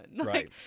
right